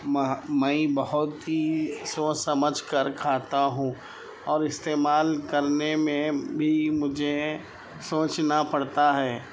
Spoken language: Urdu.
میں بہت ہی سوچ سمجھ کر کھاتا ہوں اور استعمال کرنے میں بھی مجھے سوچنا پڑتا ہے